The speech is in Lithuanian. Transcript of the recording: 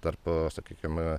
tarp sakykim